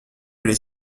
les